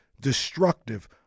destructive